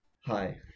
Hi